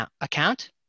account